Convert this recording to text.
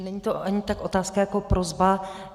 Není to ani tak otázka jako prosba.